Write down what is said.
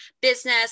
business